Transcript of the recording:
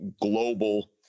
global